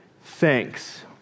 thanks